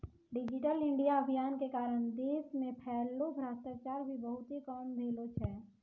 digital India अभियान के कारण देश मे फैल्लो भ्रष्टाचार भी बहुते कम भेलो छै